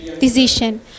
decision